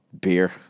beer